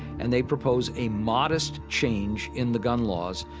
and they propose a modest change in the gun laws,